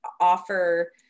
offer